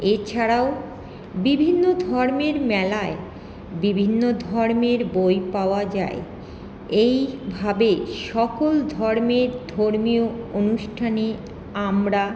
এছাড়াও বিভিন্ন ধর্মের মেলায় বিভিন্ন ধর্মের বই পাওয়া যায় এইভাবে সকল ধর্মের ধর্মীয় অনুষ্ঠানে আমরা